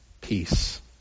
peace